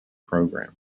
programme